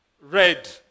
red